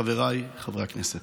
חבריי חברי הכנסת,